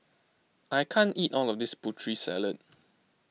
I can't eat all of this Putri Salad